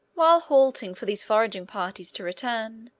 while halting for these foraging parties to return,